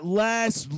last